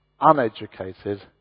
uneducated